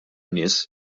nies